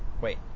wait